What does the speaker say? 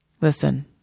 Listen